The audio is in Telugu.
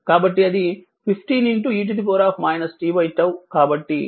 కాబట్టి అది 15 e t 𝝉కాబట్టి 15 e 0